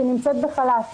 היא נמצאת בחל"ת.